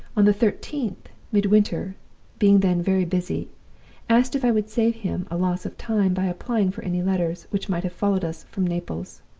on the thirteenth, midwinter being then very busy asked if i would save him a loss of time by applying for any letters which might have followed us from naples.